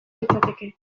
litzateke